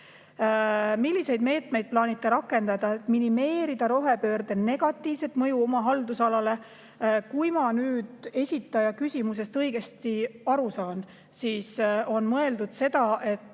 milliseid meetmeid plaanite rakendada, et minimeerida rohepöörde negatiivset mõju oma haldusalale? Kui ma nüüd küsimusest õigesti aru saan, siis on mõeldud seda, et